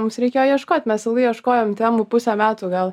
mums reikėjo ieškot mes ilgai ieškojom temų pusę metų gal